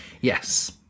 Yes